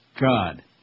God